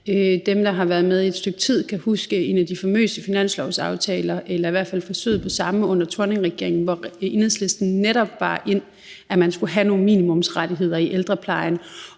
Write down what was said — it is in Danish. Dem, der har været med et stykke tid, kan huske en af de famøse finanslovsaftaler eller i hvert fald forsøget på samme under Thorning-Schmidt-regeringen, hvor Enhedslisten netop bar ind, at man skulle have nogle minimumsrettigheder i ældreplejen